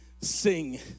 Sing